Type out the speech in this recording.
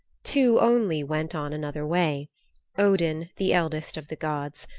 two only went on another way odin, the eldest of the gods,